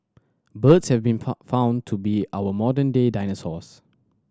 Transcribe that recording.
birds have been found to be our modern day dinosaurs